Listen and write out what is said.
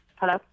Hello